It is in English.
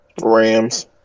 Rams